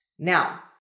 Now